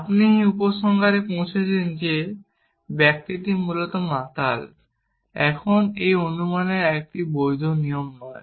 আপনি এই উপসংহারে পৌঁছেছেন যে ব্যক্তিটি মূলত মাতাল এখন এটি অনুমানের একটি বৈধ নিয়ম নয়